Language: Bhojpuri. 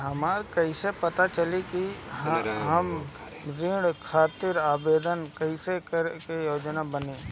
हमरा कईसे पता चली कि हम ऋण खातिर आवेदन करे के योग्य बानी?